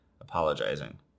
apologizing